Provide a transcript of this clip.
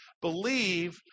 believe